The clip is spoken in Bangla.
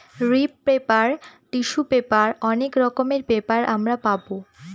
রিপ্র পেপার, টিসু পেপার অনেক রকমের পেপার আমরা পাবো